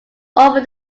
over